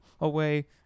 away